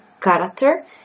character